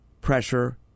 Pressure